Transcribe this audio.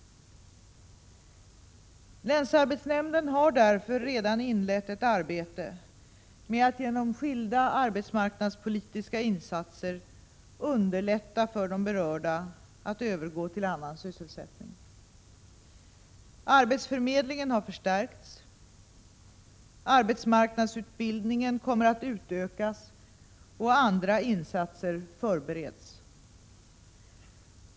Länsarbetsnämnden har därför redan inlett ett arbete med att genom skilda arbetsmarknadspolitiska insatser underlätta för de berörda att övergå till annan sysselsättning. Arbetsförmedlingen har förstärkts, arbetsmarknadsutbildningen kommer att utökas och andra insatser förbereds.